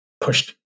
pushed